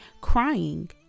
crying